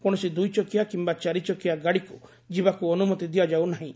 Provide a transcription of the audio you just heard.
କୌଣସି ଦୁଇ ଚକିଆ କିମ୍ଘା ଚାରିଚକିଆ ଗାଡିକୁ ଯିବାକୁ ଅନୁମତି ଦିଆଯାଉନାହିଁ